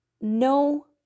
no